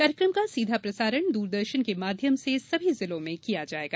कार्यकम का सीधा प्रसारण दूरदर्शन के माध्यम से सभी जिलों में किया जायेगा